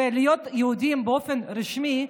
ולהיות יהודים באופן רשמי,